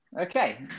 Okay